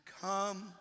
come